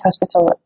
hospital